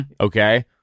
Okay